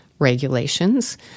regulations